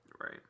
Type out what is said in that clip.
Right